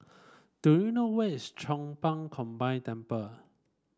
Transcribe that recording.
do you know where is Chong Pang Combine Temple